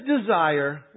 desire